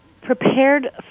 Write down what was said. prepared